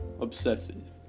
obsessive